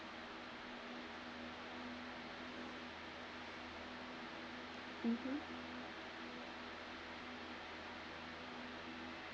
mmhmm